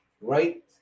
right